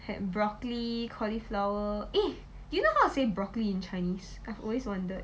and broccoli cauliflower a do you know how to say broccoli in chinese I've always wondered